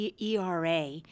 ERA